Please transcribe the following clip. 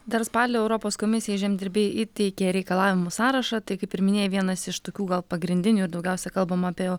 dar spalį europos komisijai žemdirbiai įteikė reikalavimų sąrašą tai kaip pirminėjai vienas iš tokių gal pagrindinių ir daugiausia kalbama apie